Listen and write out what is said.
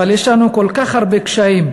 אבל יש לנו כל כך הרבה קשיים.